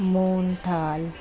मोहन थाल